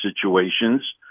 situations